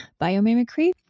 biomimicry